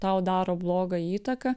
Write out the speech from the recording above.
tau daro blogą įtaką